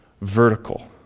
Vertical